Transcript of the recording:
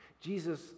Jesus